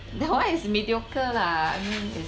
that one is mediocre lah that one is